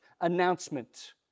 announcement